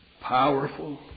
powerful